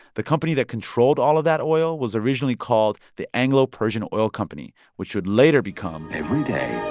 the company that controlled all of that oil was originally called the anglo-persian oil company, which would later become. every day,